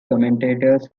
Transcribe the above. commentators